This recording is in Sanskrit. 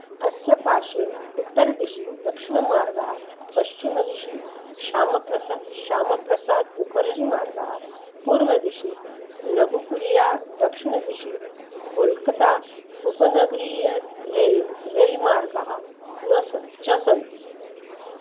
अस्य पार्श्वे उत्तरदिशि दक्षिणमार्गः पश्चिमदिशि शामप्रस श्यामप्रसाद् मुखर्जीमार्गः पूर्वदिशि लघुकुरिया दक्षिणदिशि कोल्कता उपनगरीय रेल् रेल् मार्गः न सन्ति च सन्ति